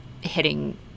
hitting